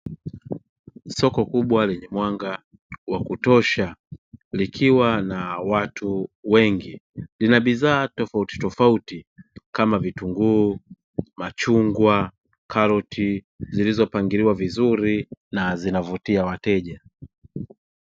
Soko kubwa lenye mwanga wa kutosha, likiwa na watu wengi. Lina bidhaa tofautitofauti kama vitunguu, machungwa, karoti; zilizopangiliwa vizuri na zinavutia wateja.